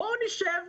בואו נשב.